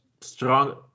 strong